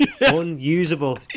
unusable